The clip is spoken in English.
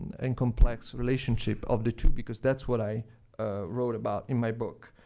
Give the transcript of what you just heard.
and complex relationship of the two, because that's what i wrote about in my book.